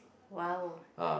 !wow!